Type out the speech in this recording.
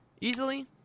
Easily